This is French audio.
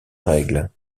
règle